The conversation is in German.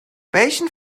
welchen